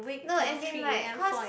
no as in like cause